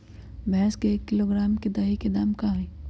भैस के एक किलोग्राम दही के दाम का होई?